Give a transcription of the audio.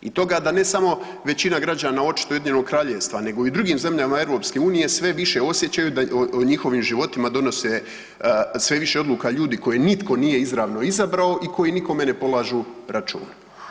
I toga da ne samo, većina građana očituje Ujedinjenog Kraljevstva, nego i u drugim zemljama Europske Unije sve više osjećaju da njihovim životima donose, sve više odluka ljudi koje nitko nije izravno izabrao i koji nikome ne polažu račune.